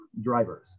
drivers